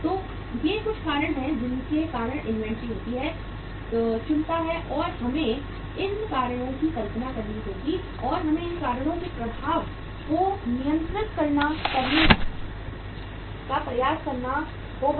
तो ये कुछ कारण हैं जिनके कारण इन्वेंट्री होती है चुनता है और हमें इन कारणों की कल्पना करनी होगी और हमें इन कारणों के प्रभाव को नियंत्रित करने का प्रयास करना होगा